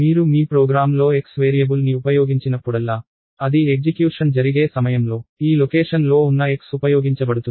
మీరు మీ ప్రోగ్రామ్లో x వేరియబుల్ని ఉపయోగించినప్పుడల్లా అది ఎగ్జిక్యూషన్ జరిగే సమయంలో ఈ లొకేషన్లో ఉన్న x ఉపయోగించబడుతుంది